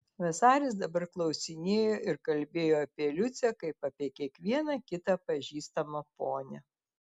vasaris dabar klausinėjo ir kalbėjo apie liucę kaip apie kiekvieną kitą pažįstamą ponią